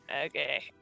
Okay